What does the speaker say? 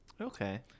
Okay